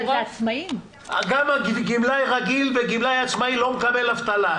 גם גמלאי רגיל וגמלאי עצמאי לא מקבל אבטלה.